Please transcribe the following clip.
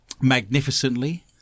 magnificently